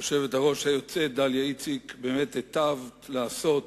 היושבת-ראש היוצאת דליה איציק, באמת היטבת לעשות,